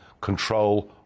control